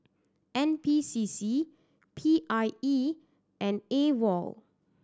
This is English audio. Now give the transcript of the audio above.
N P C C P I E and AWOL